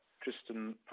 Tristan